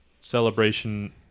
celebration